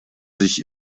sich